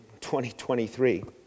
2023